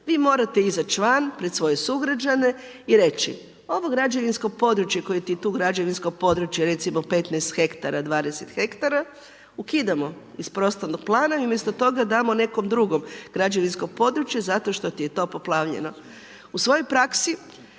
Vi morate izaći van pred svoje sugrađane i reći, ovo građevinsko područje koje ti tu građevinsko područje recimo 15, 20 hektara ukidamo iz prostornog plana i umjesto toga damo nekom drugom građevinsko područje zato što ti je to poplavljeno. U svojoj praksi